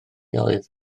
oedd